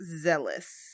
Zealous